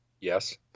yes